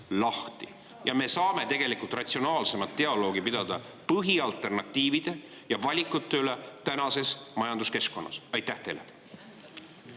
ja me saame tegelikult ratsionaalsemat dialoogi pidada põhialternatiivide ja valikute üle tänases majanduskeskkonnas. Aitäh!